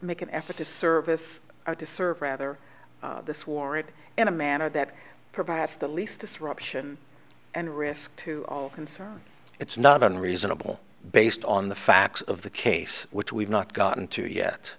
make an effort to service or to serve rather this war it in a manner that provides the least disruption and risk to all concerned it's not unreasonable based on the facts of the case which we've not gotten to yet